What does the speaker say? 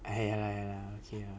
!aiya! ya lah ya lah